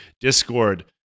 discord